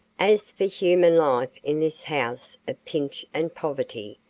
as for human life in this house of pinch and poverty,